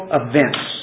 events